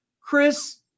Chris